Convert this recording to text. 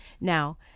Now